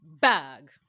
Bag